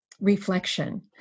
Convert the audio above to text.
reflection